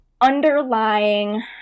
underlying